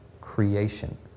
creation